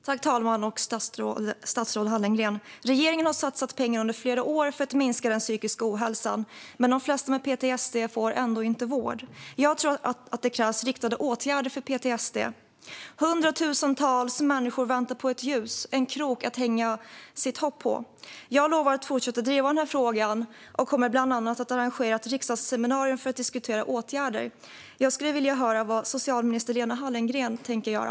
Fru talman och statsrådet Hallengren! Regeringen har satsat pengar under flera år för att minska den psykiska ohälsan, men de flesta med PTSD får ändå inte vård. Jag tror att det krävs riktade åtgärder för PTSD. Hundratusentals människor väntar på ett ljus och en krok att hänga sitt hopp på. Jag lovar att fortsätta att driva denna fråga och kommer bland annat att arrangera ett riksdagsseminarium för att diskutera åtgärder. Jag skulle vilja höra vad socialminister Lena Hallengren tänker göra.